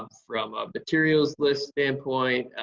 um from a materials list standpoint.